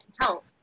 help